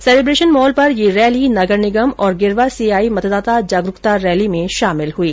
celebration mall पर यह rally नगर निगम औरं गिर्वा से आई मतदाता जागरूकता रैली में शामिल हुई